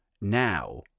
now